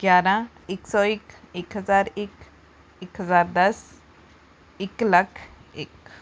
ਗਿਆਰ੍ਹਾਂ ਇੱਕ ਸੌ ਇੱਕ ਇੱਕ ਹਜ਼ਾਰ ਇੱਕ ਇੱਕ ਹਜ਼ਾਰ ਦਸ ਇੱਕ ਲੱਖ ਇੱਕ